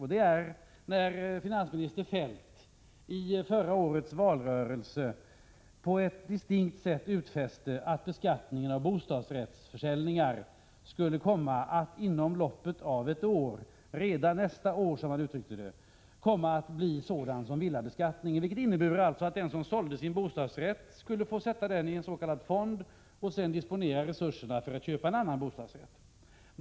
I förra årets valrörelse utfäste finansminister Feldt på ett distinkt sätt att beskattningen av bostadsrättsförsäljningar inom loppet av ett år — redan nästa år, som han uttryckte det — skulle komma att bli sådan som villabeskattningen, vilket innebure att den som sålde sin bostadsrätt skulle få sätta pengarna i en s.k. fond och sedan disponera resurserna för att köpa en annan bostadsrätt.